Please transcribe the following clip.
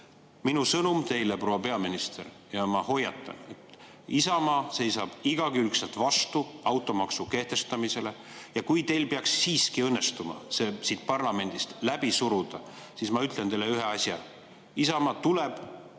Minu sõnum teile, proua peaminister – ja ma hoiatan, et Isamaa seisab igakülgselt vastu automaksu kehtestamisele –, kui teil peaks siiski õnnestuma see siit parlamendist läbi suruda, siis ma ütlen teile ühe asja: Isamaa tuleb